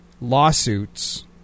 lawsuits